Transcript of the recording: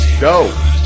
Go